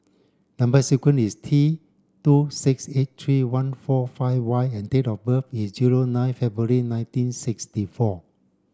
number sequence is T two six eight three one four five Y and date of birth is zero nine February nineteen sixty four